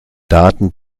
daten